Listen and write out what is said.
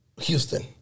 Houston